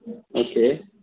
okay